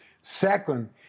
second